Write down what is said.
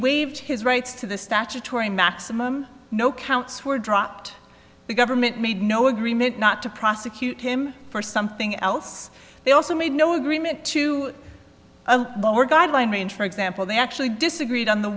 waived his rights to the statutory maximum no counts were dropped the government made no agreement not to prosecute him for something else they also made no agreement to guideline range for example they actually disagreed on the